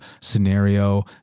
scenario